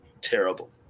terrible